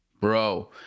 bro